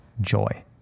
joy